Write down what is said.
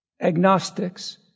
agnostics